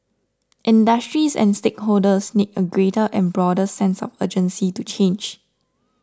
industries and stakeholders need a greater and broader sense of urgency to change